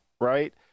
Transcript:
right